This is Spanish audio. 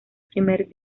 primer